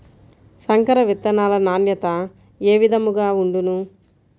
సంకర విత్తనాల నాణ్యత ఏ విధముగా ఉండును?